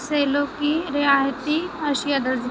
سیلو کی رعایتی اشیا درج